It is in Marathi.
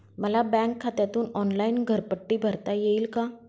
मला बँक खात्यातून ऑनलाइन घरपट्टी भरता येईल का?